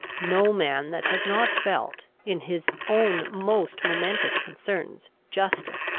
no man that has not felt, in his own most momentous concerns, justice,